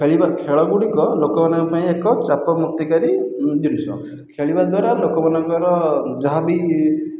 ଖେଳିବା ଖେଳଗୁଡ଼ିକ ଲୋକମାନଙ୍କ ପାଇଁ ଏକ ଚାପମୁକ୍ତିକାରୀ ଜିନିଷ ଖେଳିବା ଦ୍ୱାରା ଲୋକମାନଙ୍କର ଯାହାବି